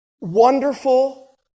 wonderful